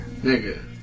Nigga